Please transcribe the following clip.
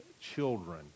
children